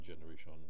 generation